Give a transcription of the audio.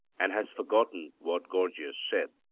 and has forgotten what gorgias said.